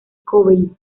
cobain